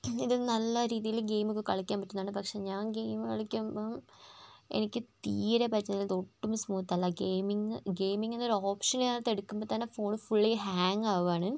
ഇത് നല്ല രീതിയിൽ ഗെയിം ഒക്കെ കളിയ്ക്കാൻ പറ്റുന്നുണ്ട് പക്ഷേ ഞാൻ ഗെയിം കളിക്കുമ്പം എനിക്ക് തീരെ പറ്റുന്നില്ല ഇതൊട്ടും സ്മൂത്തല്ല ഗെയിമിംഗ് ഗെയിമിംഗ് എന്നൊരു ഓപ്ഷനെ അതിനകത്ത് എടുക്കുമ്പഴേ തന്നെ ഫോൺ ഫുള്ളി ഹാങ്ങ് ആവാണ്